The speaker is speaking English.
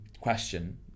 question